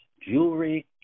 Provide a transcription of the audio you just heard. jewelry